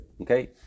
Okay